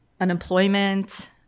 unemployment